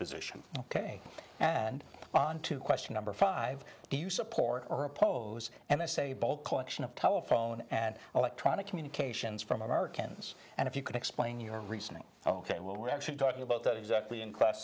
position ok and on to question number five do you support or oppose and i say bulk collection of telephone and electronic communications from americans and if you can explain your reasoning ok well we're actually talking about that exactly in class